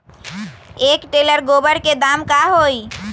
एक टेलर गोबर के दाम का होई?